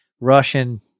Russian